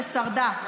ושרדה,